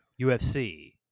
UFC